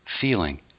feeling